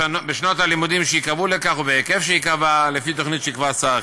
בשנות הלימודים שייקבעו לכך ובהיקף שייקבע לפי תוכנית שיקבע שר החינוך.